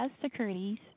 Securities